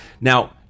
Now